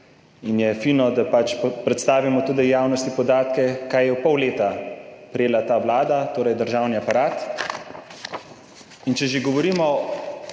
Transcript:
In je fino, da pač predstavimo tudi javnosti podatke, kaj je v pol leta prejela ta vlada, torej državni aparat. Če že govorimo,